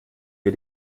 wir